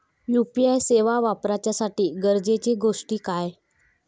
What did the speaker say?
UPI सेवा वापराच्यासाठी गरजेचे गोष्टी काय?